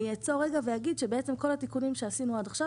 אני אעצור רגע ואגיד שכל התיקונים שעשינו עד עכשיו